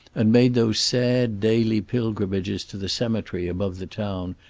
and made those sad daily pilgrimages to the cemetery above the town,